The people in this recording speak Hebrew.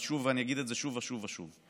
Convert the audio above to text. ואני אגיד את זה שוב ושוב ושוב: